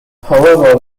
however